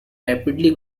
rapidly